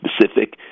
specific